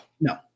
No